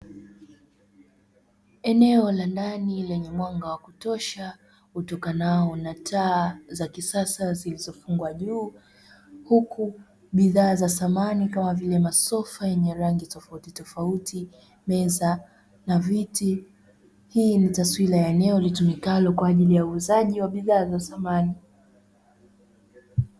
Eneo la ndani lenye mwanga wa kutosha utokanao na taa za kisasa zilizofungwa kwa juu, huku bidhaa za samani kama vile: masofa yenye rangi tofautitofauti, meza na viti. Hii ni taswira ya eneo litumikalo kwa ajili ya uuzaji wa bidhaa za samani.